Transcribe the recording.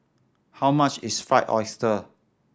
how much is Fried Oyster